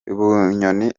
bunyoni